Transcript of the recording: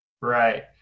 Right